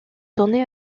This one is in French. tournée